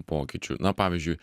pokyčių na pavyzdžiui